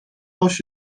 als